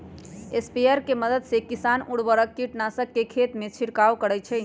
sprayer के मदद से किसान उर्वरक, कीटनाशक के खेतमें छिड़काव करई छई